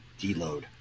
deload